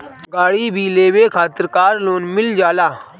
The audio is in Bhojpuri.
गाड़ी भी लेवे खातिर कार लोन मिल जाला